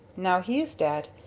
now he's dead.